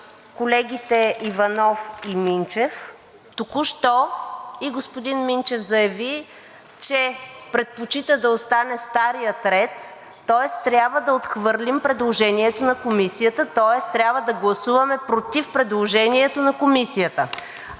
колегите Иванов и Минчев. Току-що и господин Минчев заяви, че предпочита да остане старият ред, тоест трябва да отхвърлим предложението на Комисията, тоест трябва да гласуваме против предложението на Комисията.